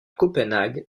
copenhague